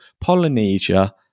Polynesia